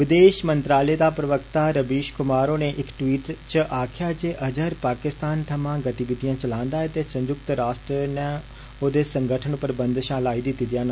विदेष मंत्रालय दे प्रवक्ता रवीष कुमार ने इक ट्वीट च आक्खेआ जे अज़हर पाकिस्तान थमां गतिविधियां चलांदा ऐ ते संयुक्त रॉश्ट्र ने ओदे संगठन पर बंदष लाई दिती ही ऐ